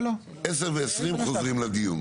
ב-10:20 חוזרים לדיון.